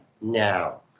now